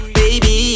baby